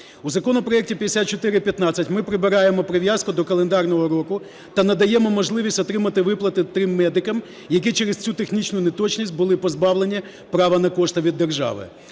У законопроекті 5415 ми прибираємо прив'язку до календарного року та надаємо можливість отримати виплати тим медикам, які через цю технічну неточність були позбавлені права на кошти від держави.